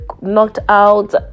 knocked-out